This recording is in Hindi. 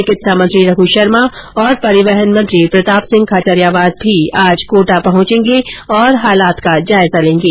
चिकित्सा मंत्री रघ् शर्मा और परिवहन मंत्री प्रताप सिंह खाचरियावास भी आज कोटा पहुंचेंगे और हालात का जायजा लेंगे